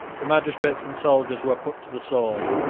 the magistrates and soldiers were put to the sword,